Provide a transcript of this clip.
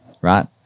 right